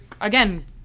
again